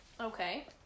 Okay